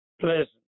pleasant